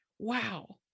wow